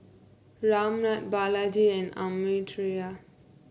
Ramnath Balaji and Amartya